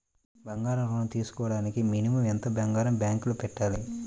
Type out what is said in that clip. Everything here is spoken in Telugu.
బంగారం ఋణం తీసుకోవడానికి మినిమం ఎంత బంగారం బ్యాంకులో పెట్టాలి?